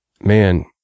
Man